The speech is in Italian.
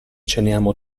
ceniamo